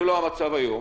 זה לא המצב היום.